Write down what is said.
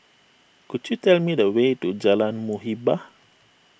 could you tell me the way to Jalan Muhibbah